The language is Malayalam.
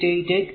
888 5a